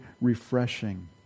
refreshing